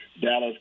Dallas